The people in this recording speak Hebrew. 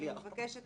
אני מבקשת